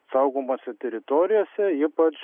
saugomose teritorijose ypač